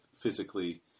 physically